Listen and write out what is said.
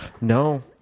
No